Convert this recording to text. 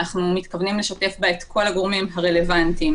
אנחנו מתכוונים לשתף בה את כל הגורמים הרלבנטיים,